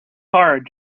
hard